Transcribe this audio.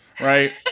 right